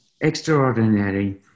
extraordinary